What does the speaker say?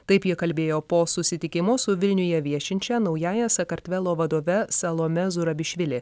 taip jie kalbėjo po susitikimo su vilniuje viešinčia naująja sakartvelo vadove salome zurabišvili